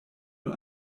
und